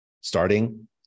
Starting